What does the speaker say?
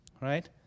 right